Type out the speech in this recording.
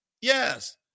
Yes